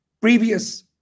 previous